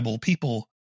people